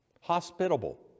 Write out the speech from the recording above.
hospitable